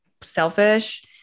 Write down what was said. selfish